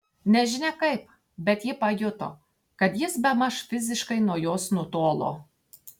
nežinia kaip bet ji pajuto kad jis bemaž fiziškai nuo jos nutolo